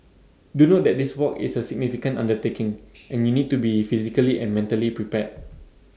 do note that this walk is A significant undertaking and you need to be physically and mentally prepared